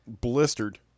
blistered